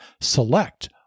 select